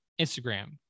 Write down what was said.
Instagram